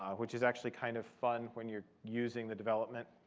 which is actually kind of fun when you're using the development